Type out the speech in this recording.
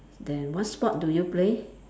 then what sport do you play